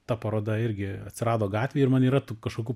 ta paroda irgi atsirado gatvėj ir man yra tų kažkokų